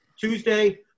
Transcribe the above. Tuesday